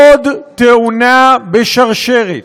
עוד תאונה בשרשרת,